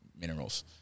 minerals